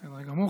בסדר גמור.